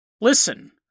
Listen